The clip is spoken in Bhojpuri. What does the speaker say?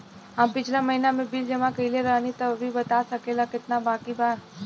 हम पिछला महीना में बिल जमा कइले रनि अभी बता सकेला केतना बाकि बा?